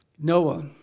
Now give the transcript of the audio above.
Noah